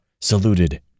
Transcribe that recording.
saluted